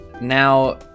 now